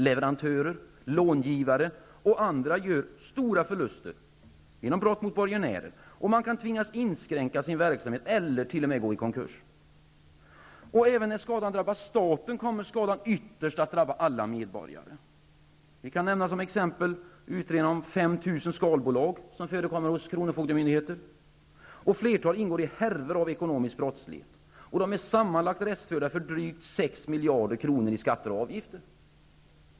Leverantörer, långivare och andra som gör stora förluster genom brott mot borgenärer kan tvingas inskränka sin verksamhet eller t.o.m. gå i konkurs. Även när skadan drabbar staten kommer den ytterst att drabba alla medborgare. Som exempel kan nämnas utredningen om de 5 000 skalbolag som kronofogdemyndigheterna genomför. Flertalet ingår i härvor av ekonomisk brottslighet och är sammanlagt restförda för drygt 6 miljarder kronor i skatter och avgifter.